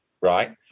Right